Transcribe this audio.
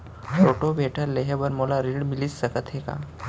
Rotavator लेहे बर मोला ऋण मिलिस सकत हे का?